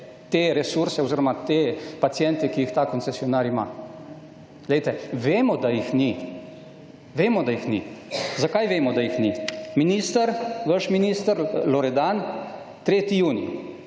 te resurse oziroma te paciente, ki jih ta koncesionar ima. Glejte, vemo, da jih ni, vemo, da jih ni. Zakaj vemo, da jih ni? Minister, vaš minister Loredan, 3. junij,